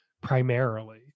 primarily